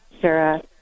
Sarah